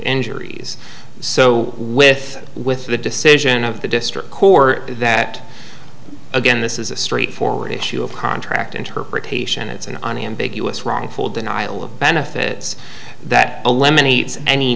injuries so with with the decision of the district court that again this is a straightforward issue of contract interpretation it's an unambiguous wrongful denial of benefits that